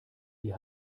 die